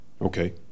okay